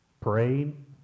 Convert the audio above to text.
praying